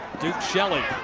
duke shelly.